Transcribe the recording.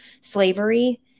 slavery